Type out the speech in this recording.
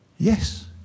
Yes